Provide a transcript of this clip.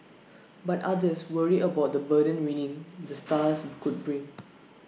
but others worry about the burden winning the stars could bring